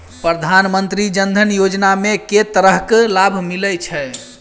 प्रधानमंत्री जनधन योजना मे केँ तरहक लाभ मिलय छै?